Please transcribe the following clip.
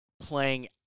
playing